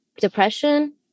depression